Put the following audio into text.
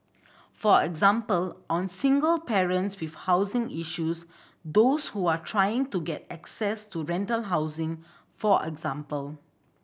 for example on single parents with housing issues those who are trying to get access to rental housing for example